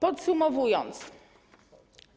Podsumowując, zapytam: